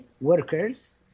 workers